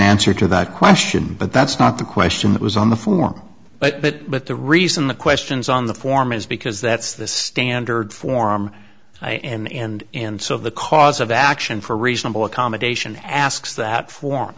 answer to that question but that's not the question that was on the form but but the reason the questions on the form is because that's the standard form in and and so the cause of action for reasonable accommodation asks that form